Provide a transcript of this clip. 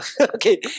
Okay